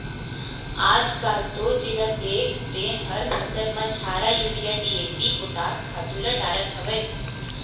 आजकाल तो जेला देख तेन हर फसल म झारा यूरिया, डी.ए.पी, पोटास खातू ल डारत हावय